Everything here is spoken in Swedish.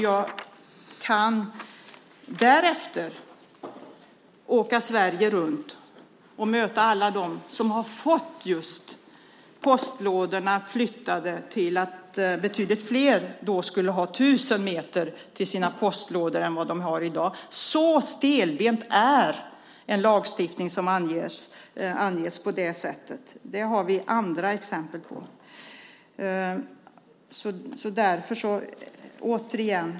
Jag skulle kunna åka Sverige runt och möta människor som fått postlådorna flyttade och finna att betydligt fler än i dag skulle ha fått tusen meter till sina postlådor. Så stelbent är en lagstiftning som anges på det sättet. Det finns det andra exempel på.